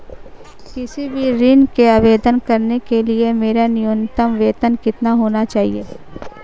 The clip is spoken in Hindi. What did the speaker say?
किसी भी ऋण के आवेदन करने के लिए मेरा न्यूनतम वेतन कितना होना चाहिए?